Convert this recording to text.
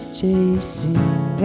chasing